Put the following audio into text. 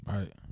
Right